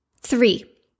Three